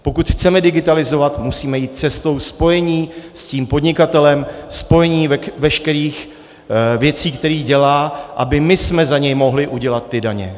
Pokud chceme digitalizovat, musíme jít cestou spojení s tím podnikatelem, spojení veškerých věcí, které dělá, abychom my za něj mohli udělat ty daně.